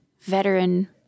veteran –